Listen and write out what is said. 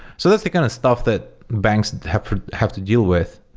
so that's the kind of stuff that banks have have to deal with.